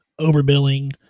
overbilling